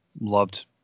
loved